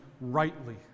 rightly